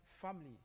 family